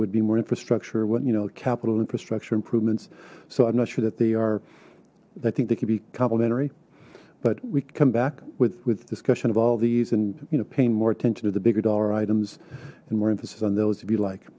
would be more infrastructure what you know capital infrastructure improvements so i'm not sure that they are i think they could be complementary but we come back with with discussion of all these and you know paying more attention to the bigger dollar items and more emphasis on those to be like